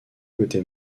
côté